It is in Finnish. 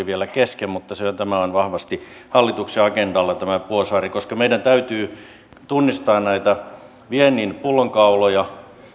vielä kesken mutta tämä vuosaari on vahvasti hallituksen agendalla koska meidän täytyy tunnistaa näitä viennin pullonkauloja